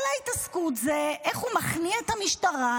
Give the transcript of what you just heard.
כל ההתעסקות זה איך הוא מכניע את המשטרה,